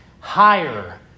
higher